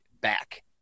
back